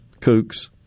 kooks